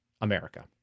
America